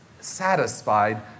satisfied